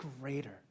greater